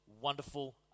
wonderful